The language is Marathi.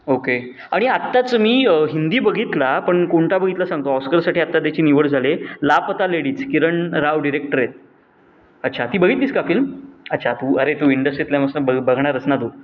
ओके आणि आत्ताच मी हिंदी बघितला पण कोणता बघितला सांगतो ऑस्करसाठी आत्ता त्याची निवड झाले लापता लेडीज किरण राव डिरेक्टर आहेत अच्छा ती बघितलीस का फिल्म अच्छा तू अरे तू इंडसितल्या मस्त बघ बघणारच ना तू